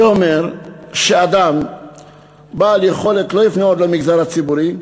זה אומר שאדם בעל יכולת לא יפנה עוד למגזר הציבורי,